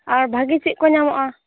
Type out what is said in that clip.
ᱟᱨ ᱵᱷᱟᱹᱜᱤ ᱪᱮᱫ ᱠᱚ ᱧᱟᱢᱚᱜᱼᱟ